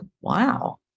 wow